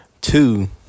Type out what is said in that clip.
Two